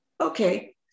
Okay